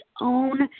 own